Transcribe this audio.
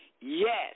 Yes